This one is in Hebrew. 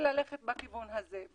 וללכת בכיוון הזה.